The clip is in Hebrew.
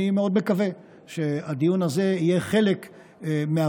אני מאוד מקווה שהדיון הזה יהיה חלק מהפתרון,